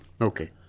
Okay